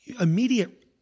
immediate